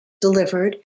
delivered